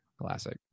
Classic